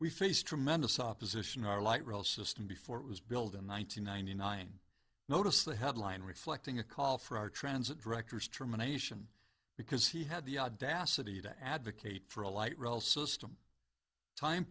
face tremendous opposition our light rail system before it was built in one thousand nine hundred nine notice the headline reflecting a call for our transit directors termination because he had the audacity to advocate for a light rail system time